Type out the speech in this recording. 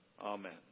Amen